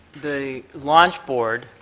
the launch board,